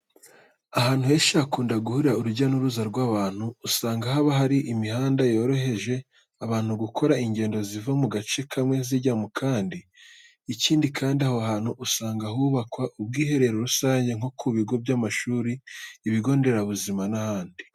Ahantu henshi hakunda guhurira urujya n'uruza rw'abantu usanga haba hari imihanda yorohereza abantu gukora ingendo ziva mu gace kamwe zijya mu kandi. Ikindi kandi, aho hantu usanga hubakwa ubwiherero rusange nko ku bigo by'amashuri, ibigo nderabuzima n'ahandi.